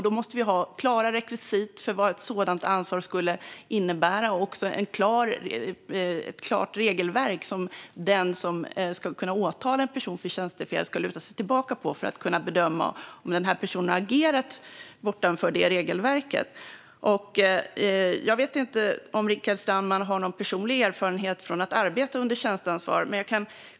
Då måste vi ha klara rekvisit för vad ett sådant ansvar skulle innebära och ett klart regelverk som den som ska åtala en person för tjänstefel kan luta sig mot för att bedöma om den här personen har agerat utanför det regelverket. Jag vet inte om Mikael Strandman har någon personlig erfarenhet av att arbeta under tjänsteansvar.